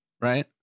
right